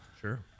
Sure